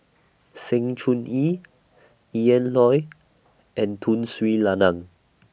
Sng Choon Yee Ian Loy and Tun Sri Lanang